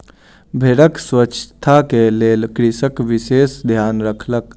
भेड़क स्वच्छता के लेल कृषक विशेष ध्यान रखलक